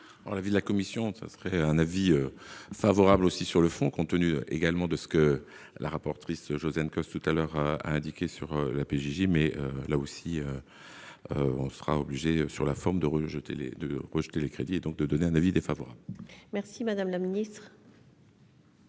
l'avis de la commission, ça serait un avis favorable aussi sur le fond, compte tenu également de ce que le rapport triste Josiane Costes tout à l'heure, a indiqué sur la PJJ, mais là aussi, on sera obligé sur la forme de rejeter les deux rejeter les crédits et donc de donner un avis défavorable. Merci, Madame la Ministre.